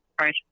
right